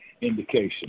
indication